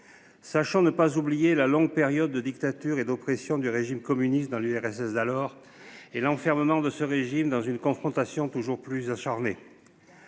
Sachant, ne pas oublier la longue période de dictature et d'oppression du régime communiste dans l'URSS d'alors et l'enfermement de ce régime dans une confrontation toujours plus acharnée.